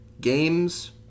Games